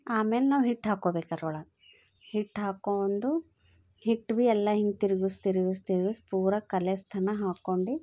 ಆಮೇಲೆ ನಾವು ಹಿಟ್ಟು ಹಾಕ್ಕೋಬೇಕು ಅದ್ರೊಳಗೆ ಹಿಟ್ಟು ಹಾಕೊಂಡು ಹಿಟ್ಟು ಭೀ ಎಲ್ಲ ಹಿಂಗೆ ತಿರುಗ್ಸಿ ತಿರುಗ್ಸಿ ತಿರುಗ್ಸಿ ಪೂರ ಕಲೆಸ್ತನ ಹಾಕೊಂಡು